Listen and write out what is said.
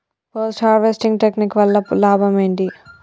Post harvesting technique వల్ల లాభం ఏంటి?